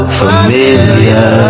familiar